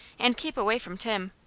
and keep away from tim.